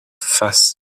face